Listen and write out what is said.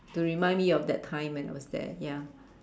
to remind me of that time when I was there ya